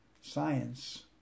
Science